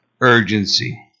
urgency